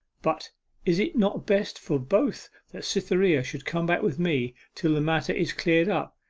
but is it not best for both that cytherea should come back with me till the matter is cleared up?